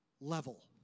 level